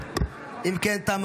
אם כן, תמה